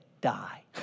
Die